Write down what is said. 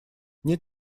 нет